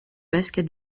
basket